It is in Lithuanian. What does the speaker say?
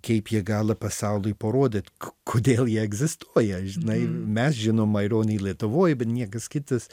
kaip jie gali pasauliui parodyt kodėl jie egzistuoja žinai mes žinom maironį lietuvoj bet niekas kitas